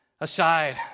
aside